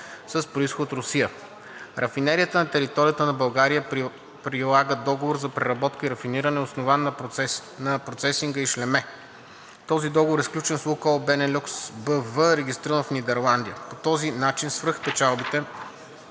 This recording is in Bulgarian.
с произход Русия. Рафинерията на територията на България прилага договор за преработка и рафиниране, основан на процесинга – ишлеме. Този договор е сключен с „Лукойл Бенелюкс“ БВ, регистрирано в Нидерландия. По този начин свръхпечалбите